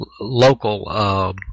local